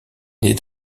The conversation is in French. naît